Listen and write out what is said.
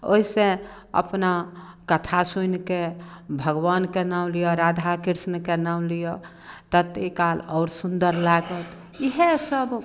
ओहिसँ अपना कथा सुनि कऽ भगवानके नाम लिअ राधा कृष्णके नाम लिअ ततेक काल आओर सुन्दर लागत इएहसभ